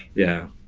yeah.